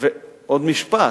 עוד משפט: